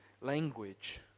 language